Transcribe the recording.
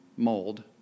mold